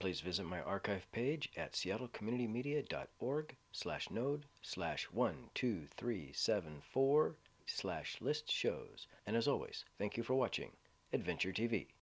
please visit my archive page at seattle community media dot org slash node slash one two three seven four slash list shows and as always thank you for watching adventure t